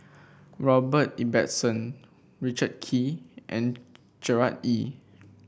Robert Ibbetson Richard Kee and Gerard Ee